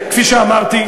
כפי שאמרתי,